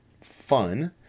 fun